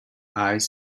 eyes